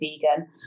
vegan